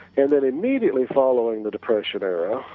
and that it immediately following the depression era,